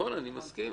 אני מסכים.